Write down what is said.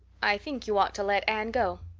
i think you ought to let anne go.